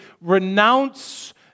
renounce